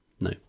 no